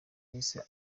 yahise